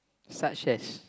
such as